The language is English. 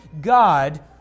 God